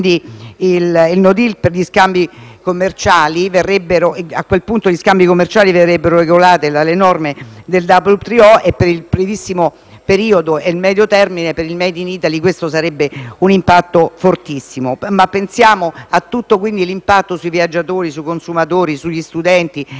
commerciali verrebbero regolati dalle norme del WTO e, per il primissimo periodo e il medio termine, sul *made in Italy* questo avrebbe un impatto fortissimo. Ma pensiamo anche all'impatto sui viaggiatori, sui consumatori, sugli studenti, sui residenti. Noi abbiamo tra i